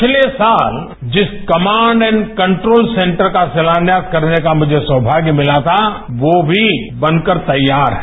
पिछले साल जिस कमांड एंड कंट्रोल सेंटर का शिलान्यास करने का मुझे सौभाग्य मिला था वो भी बनकर तैयार है